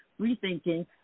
rethinking